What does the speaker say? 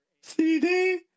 CD